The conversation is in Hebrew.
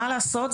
מה לעשות,